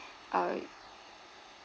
uh